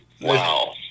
Wow